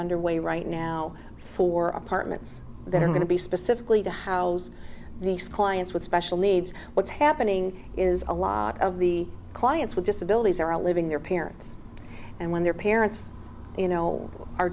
underway right now for apartments that are going to be specifically to how these clients with special needs what's happening is a lot of the clients with disabilities are living their parents and when their parents you know are